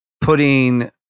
putting